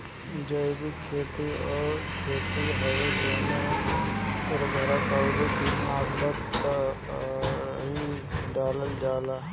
जैविक खेती उ खेती हवे जेमे उर्वरक अउरी कीटनाशक के नाइ डालल जाला